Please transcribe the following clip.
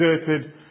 exerted